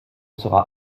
sera